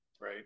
Right